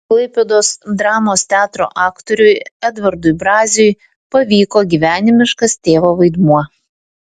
klaipėdos dramos teatro aktoriui edvardui braziui pavyko gyvenimiškas tėvo vaidmuo